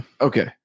okay